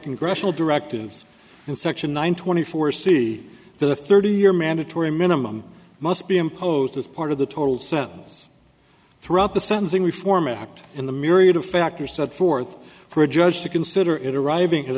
congressional directives in section one twenty four c the thirty year mandatory minimum must be imposed as part of the total sentence throughout the sentencing reform act and the myriad of factors such forth for a judge to consider it arriving